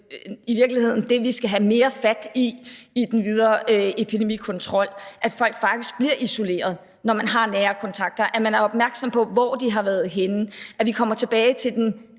i virkeligheden det, vi skal have mere fat i i den videre epidemikontrol, altså at folk faktisk bliver isoleret, når de er nære kontakter, at man er opmærksom på, hvor folk har været henne, og at man kommer tilbage til den